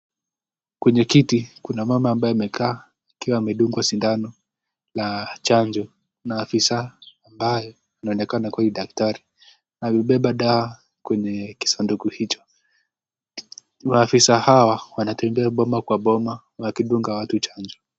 Kujikiti kuna mama ambaye amekaa akiwa amedungwa sindano na chanjo na afisa ambaye inaonekana kuwa ni daktari. Amebeba dawa kwenye kisanduku hicho. Maafisa hawa wanatembea boma kwa boma wakipea watu chanjo.